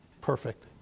perfect